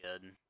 good